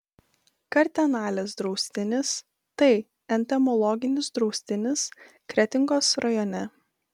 kartenalės draustinis tai entomologinis draustinis kretingos rajone